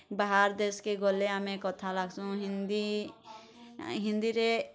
ବାହାର୍ ଦେଶ୍କେ ଗଲେ ଆମେ କଥା ଲାଗ୍ସୁଁ ହିନ୍ଦୀ ହିନ୍ଦୀରେ